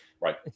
right